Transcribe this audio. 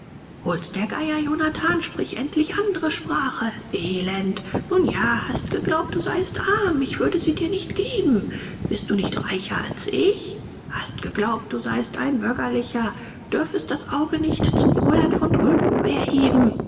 hol's der geier jonathan sprich endlich andere sprache elend nun ja hast geglaubt du seiest arm ich würde sie dir nicht geben bist du nicht reicher als ich hast geglaubt du seiest ein bürgerlicher dürfest das auge nicht zum fräulein von tulpen erheben